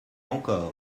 encore